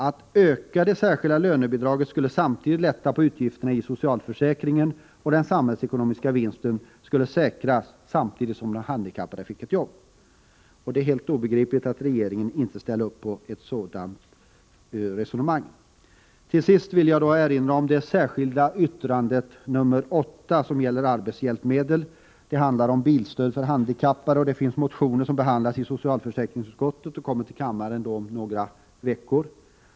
Att öka det särskilda lönebidraget skulle lätta på utgifterna i socialförsäkringen, och den samhällsekonomiska vinsten skulle säkras, samtidigt som den handikappade fick ett jobb. Det är helt obegripligt att regeringen inte ställer upp på ett sådant resonemang. Till sist vill jag erinra om det särskilda yttrandet nr 8 som gäller arbetshjälpmedel. Det handlar om bilstöd för handikappade. Det finns även motioner om detta, som behandlas i socialförsäkringsutskottet och som det kommer ett betänkande om till kammaren om några veckor.